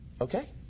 Okay